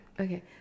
okay